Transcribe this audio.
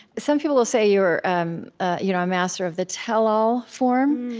some people will say you're um you know a master of the tell-all form.